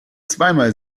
zweimal